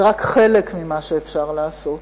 זה רק חלק ממה שאפשר לעשות.